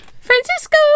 Francisco